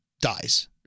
dies